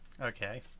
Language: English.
Okay